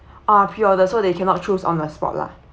ah pre order so they cannot choose on the spot lah